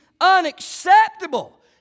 unacceptable